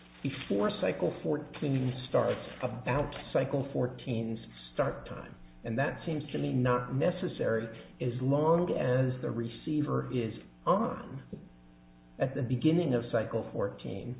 before cycle fourteen starts of bounce cycle fourteen's start time and that seems to me not necessary as long as the receiver is on at the beginning of cycle fourteen